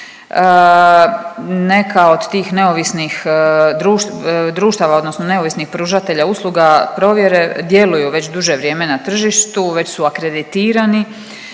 Neka od tih neovisnih društava odnosno neovisnih pružatelja usluga provjere djeluju već duže vrijeme na tržištu, već su akreditirani